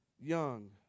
Young